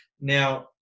Now